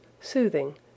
soothing